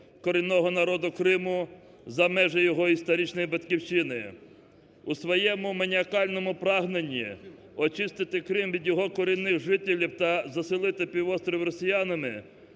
корінного народу Криму, за межі його історичної батьківщини. У своєму маніакальному прагненні очистити Крим від його корінних жителів та заселити півострів росіянами